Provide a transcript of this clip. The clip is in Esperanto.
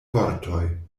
vortoj